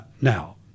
Now